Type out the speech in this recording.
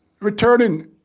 Returning